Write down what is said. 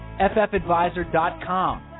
FFAdvisor.com